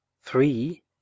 three